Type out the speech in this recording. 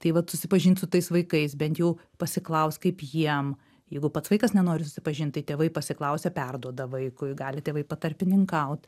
tai vat susipažint su tais vaikais bent jau pasiklaust kaip jiem jeigu pats vaikas nenori susipažint tai tėvai pasiklausę perduoda vaikui gali tėvai patarpininkaut